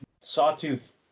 Sawtooth